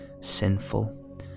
sinful